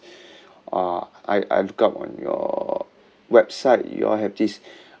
uh I I look up on your website you all have this